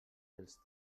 dels